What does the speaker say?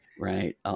right